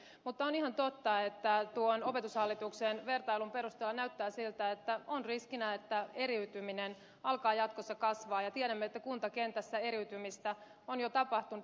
mutta on ihan totta että tuon opetushallituksen vertailun perusteella näyttää siltä että on riskinä että eriytyminen alkaa jatkossa kasvaa ja tiedämme että kuntakentässä eriytymistä on jo tapahtunut